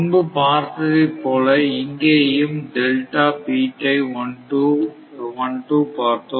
முன்பு பார்த்ததை போல இங்கேயும் பார்த்தோம்